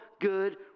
good